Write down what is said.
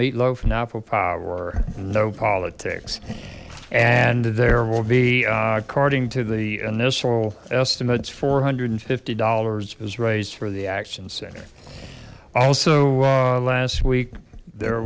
meatloaf and apple pie were no politics and there will be according to the initial estimates four hundred and fifty dollars was raised for the action center also last week there